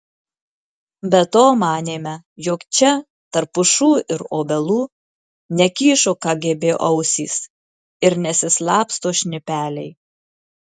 be to manėme jog čia tarp pušų ir obelų nekyšo kgb ausys ir nesislapsto šnipeliai